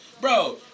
Bro